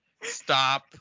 stop